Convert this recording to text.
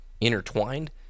intertwined